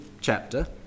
chapter